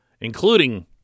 including